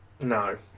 No